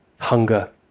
hunger